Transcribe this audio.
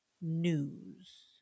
news